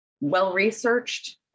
well-researched